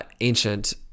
ancient